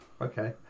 okay